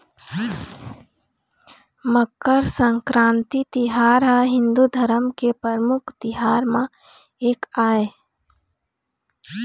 मकर संकरांति तिहार ह हिंदू धरम के परमुख तिहार म एक आय